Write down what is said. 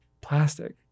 plastic